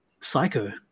psycho